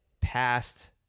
past